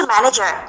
Manager